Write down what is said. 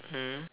mm